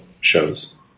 shows